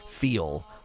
feel